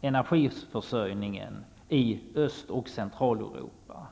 energiförsörjningen i Östoch Centraleuropa.